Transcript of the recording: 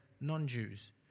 non-Jews